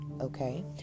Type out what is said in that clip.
Okay